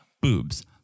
boobs